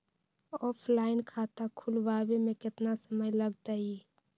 Offline खाता खुलबाबे में केतना समय लगतई?